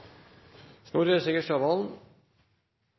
Snorre Serigstad Valen